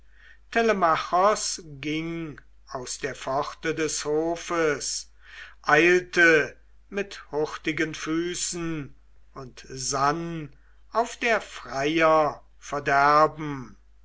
ging aus der pforte des hofes eilte mit hurtigen füßen und sann auf der freier